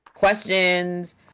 questions